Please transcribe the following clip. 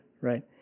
right